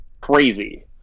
crazy